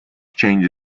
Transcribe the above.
change